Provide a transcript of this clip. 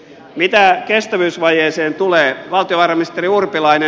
mitä kestävyysvajeeseen tulee valtiovarainministeri urpilainen